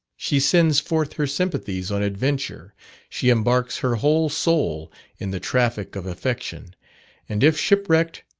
she sends forth her sympathies on adventure she embarks her whole soul in the traffic of affection and if shipwrecked,